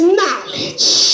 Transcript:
knowledge